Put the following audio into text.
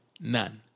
none